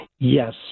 Yes